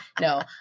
No